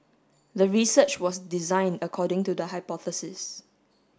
the research was designed according to the hypothesis